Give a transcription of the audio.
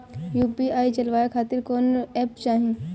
UPI चलवाए के खातिर कौन एप चाहीं?